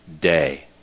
day